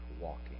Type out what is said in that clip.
walking